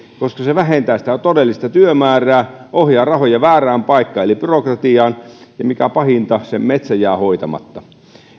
koska se vähentää sitä todellista työmäärää ohjaa rahoja väärään paikkaan eli byrokratiaan ja mikä pahinta se metsä jää hoitamatta